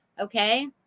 okay